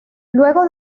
luego